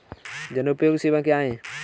जनोपयोगी सेवाएँ क्या हैं?